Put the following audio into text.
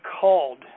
called